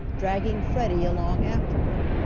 dragging freddie along after her.